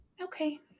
Okay